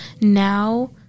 now